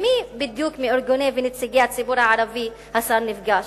עם מי בדיוק מארגוני ונציגי הציבור הערבי השר נפגש?